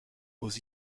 aux